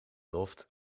loft